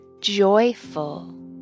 joyful